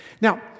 Now